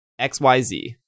XYZ